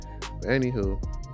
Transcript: Anywho